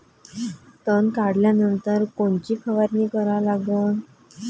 तन काढल्यानंतर कोनची फवारणी करा लागन?